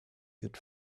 good